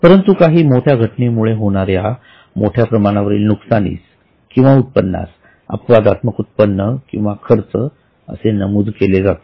परंतु काही मोठ्या घटनेमुळे होणाऱ्या मोठ्या प्रमाणावरील नुकसानीस किंवा उत्पन्नास अपवादात्मक उत्पन्न किंवा खर्च असे नमूद केले जाते